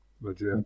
legit